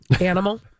animal